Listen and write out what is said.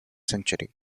century